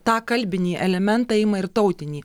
tą kalbinį elementą ima ir tautinį